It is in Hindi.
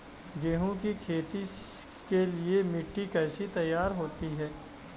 गेहूँ की खेती के लिए मिट्टी कैसे तैयार होती है?